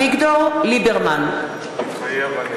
אביגדור ליברמן, מתחייב אני